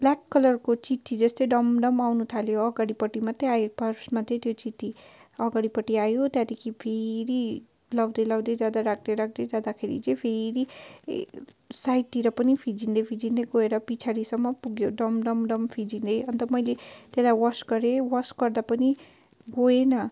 black कलरको चिट्टी जस्तै डमडम आउनुथाल्यो अगाडिपट्टि मात्रै आयो फर्स्टमा चाहिँ त्यो चिट्टी अगाडिपट्टि आयो त्यहाँदेखि फेरि लगाउँदै लगाउँदै जाँदा राख्दै राख्दै जाँदाखेरि चाहिँ फेरि साइडतिर पनि फिँजिदै फिँजिदै गएर पछाडिसम्म पुग्यो डमडमडम फिँजिदै अन्त मैले त्यसलाई वास गरेँ वास गर्दा पनि गएन